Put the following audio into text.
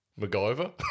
MacGyver